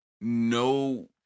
no